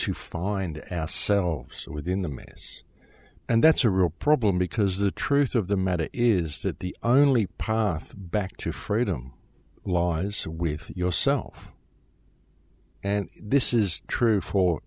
to find ass selves within the maze and that's a real problem because the truth of the matter is that the only path back to freedom law is with yourself and this is true for